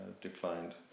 declined